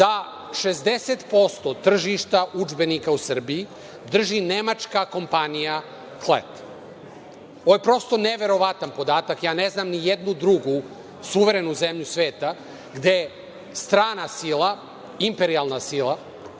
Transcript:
da 60% tržišta udžbenika u Srbiji drži nemačka kompanija „Klet“. Ovo je prosto neverovatan podatak, ja ne znam ni jednu drugu suverenu zemlju sveta gde strana sila, imperijalna sila